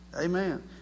Amen